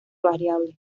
variable